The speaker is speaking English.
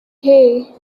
hey